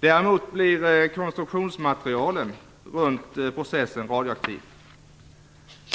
Däremot blir konstruktionsmaterialen runt processen radioaktiva.